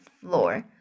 floor